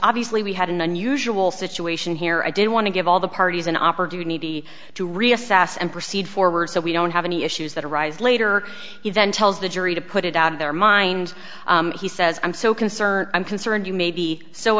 obviously we had an unusual situation here i did want to give all the parties an opportunity to reassess and proceed forward so we don't have any issues that arise later he then tells the jury to put it out of their mind he says i'm so concerned i'm concerned you may be so